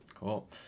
Cool